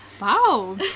Wow